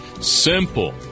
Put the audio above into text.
Simple